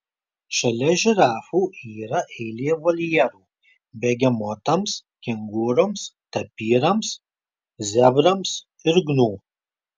šalia žirafų yra eilė voljerų begemotams kengūroms tapyrams zebrams ir gnu